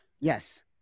Yes